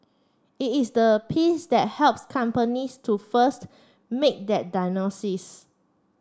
it is the piece that helps companies to first make that diagnosis